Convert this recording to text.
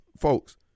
folks